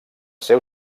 seu